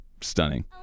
stunning